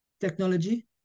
technology